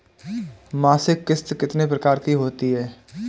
मासिक किश्त कितने प्रकार की होती है?